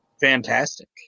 fantastic